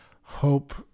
hope